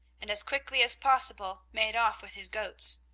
and as quickly as possible made off with his goats.